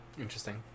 Interesting